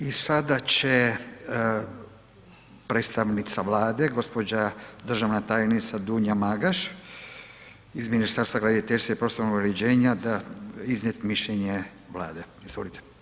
I sada će predstavnica Vlada, gđa. državna tajnica Dunja Magaš iz Ministarstva graditeljstva i prostornog uređenja iznijeti mišljenje Vlade, izvolite.